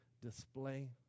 display